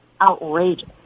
outrageous